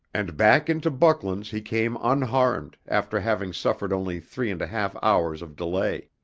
and back into bucklands he came unharmed, after having suffered only three and a half hours of delay.